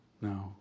No